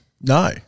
No